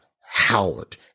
Howard